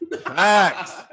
Facts